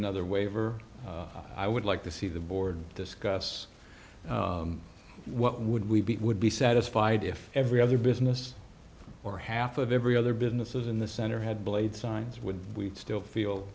another waiver i would like to see the board discuss what would we be would be satisfied if every other business or half of every other businesses in the center had blade signs would we still feel